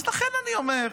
לכן אני אומר,